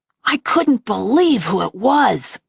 i couldn't believe who it was.